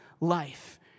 life